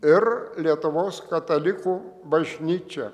ir lietuvos katalikų bažnyčia